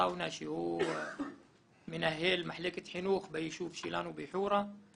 אלעטאונה שהוא מנהל מחלקת חינוך ביישוב שלנו בחורה.